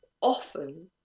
often